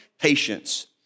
patience